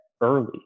early